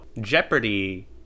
Jeopardy